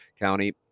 County